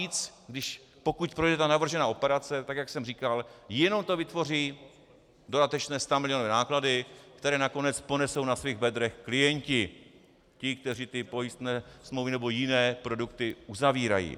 Navíc pokud projde ta navržená operace tak, jak jsem říkal, jenom to vytvoří dodatečné stamilionové náklady, které nakonec ponesou na svých bedrech klienti, ti, kteří ty pojistné smlouvy nebo jiné produkty uzavírají.